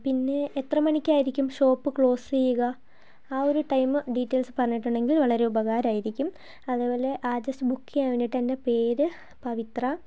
പിന്നെ എത്ര മണിക്കായിരിക്കും ഷോപ്പ് ക്ലോസ് ചെയ്യുക ആ ഒരു ടൈം ഡീറ്റെയിൽസ് പറഞ്ഞിട്ടുണ്ടെങ്കിൽ വളരെ ഉപകാരമായിരിക്കും അതേപോലെ ജസ്റ്റ് ബുക്ക് ചെയ്യാൻ വേണ്ടിയിട്ട് എൻ്റെ പേര് പവിത്ര